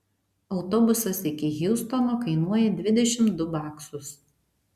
autobusas iki hjustono kainuoja dvidešimt du baksus